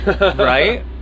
Right